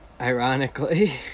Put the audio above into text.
Ironically